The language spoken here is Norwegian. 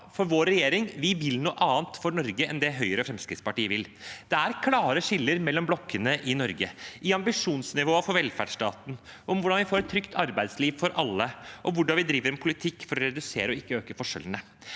for vår regjering vil noe annet for Norge enn det Høyre og Fremskrittspartiet vil. Det er klare skiller mellom blokkene i Norge – i ambisjonsnivået for velferdsstaten, om hvordan vi får et trygt arbeidsliv for alle, og om hvordan vi driver en politikk for å redusere og ikke øke forskjellene.